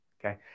Okay